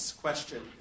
question